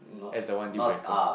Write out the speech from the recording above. that's the one deal breaker